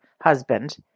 husband